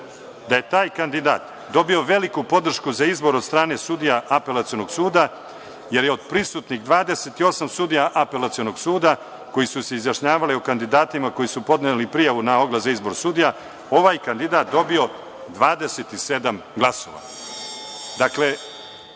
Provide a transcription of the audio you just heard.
da je taj kandidat dobio veliku podršku za izbor od strane sudija Apelacionog suda, jer je od prisutnih 28 sudija Apelacionog suda, koji su se izjašnjavali o kandidatima koji su podneli prijavu na oglas za izbor sudija, ovaj kandidat dobio 27 glasova.